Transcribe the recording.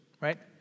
right